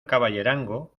caballerango